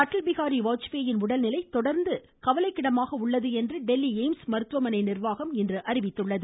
அடல் பிஹாரி வாஜ்பாயின் உடல்நிலை தொடர்ந்து மிகவும் கவலைக்கிடமாக உள்ளது என்று டெல்லி எய்ம்ஸ் மருத்துவமனை நிர்வாகம் இன்று அறிவித்தது